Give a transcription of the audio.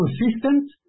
consistent